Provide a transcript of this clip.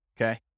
Okay